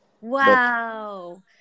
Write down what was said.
Wow